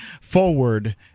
forward